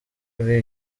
kuri